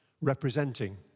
representing